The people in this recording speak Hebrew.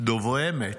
דוברי אמת,